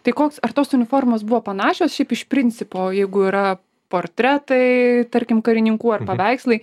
tai koks ar tos uniformos buvo panašios šiaip iš principo jeigu yra portretai tarkim karininkų ar paveikslai